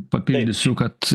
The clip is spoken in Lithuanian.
papildysiu kad